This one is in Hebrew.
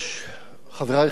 חברי חברי הכנסת,